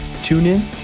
TuneIn